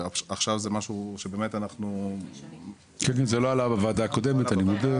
זה לא עלה בישיבה הקודמת של הוועדה.